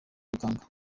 bikanga